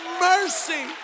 mercy